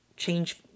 change